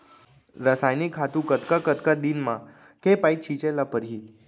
रसायनिक खातू कतका कतका दिन म, के पइत छिंचे ल परहि?